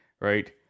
right